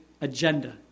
agenda